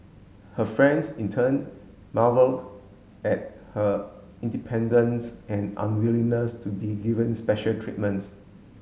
her friends in turn marvelled at her independence and unwillingness to be given special treatments